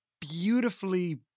beautifully